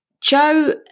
Joe